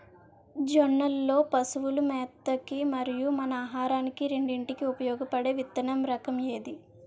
జొన్నలు లో పశువుల మేత కి మరియు మన ఆహారానికి రెండింటికి ఉపయోగపడే విత్తన రకం ఏది?